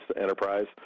enterprise